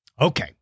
Okay